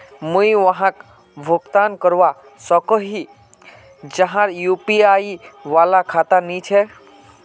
मुई वहाक भुगतान करवा सकोहो ही जहार यु.पी.आई वाला खाता नी छे?